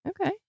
Okay